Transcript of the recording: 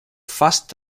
fast